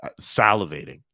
salivating